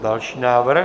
Další návrh.